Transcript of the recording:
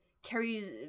Carries